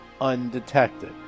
undetected